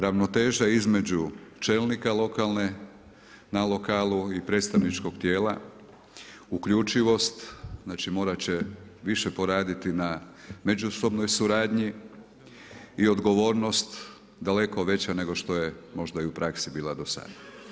Ravnoteža između čelnika lokalne na lokalu i predstavničkog tijela, uključivost znači morat će više poraditi na međusobnoj suradnji i odgovornost daleko veća nego što je možda i u praksi bila do sad.